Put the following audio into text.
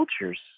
cultures